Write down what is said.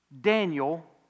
Daniel